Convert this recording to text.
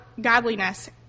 godliness